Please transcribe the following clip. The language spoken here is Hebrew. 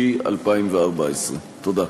במאי 2014. תודה.